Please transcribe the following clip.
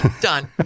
done